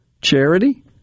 charity